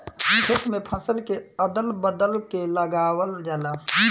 खेत में फसल के अदल बदल के लगावल जाला